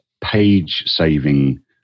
page-saving